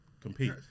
compete